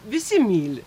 visi myli